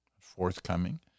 forthcoming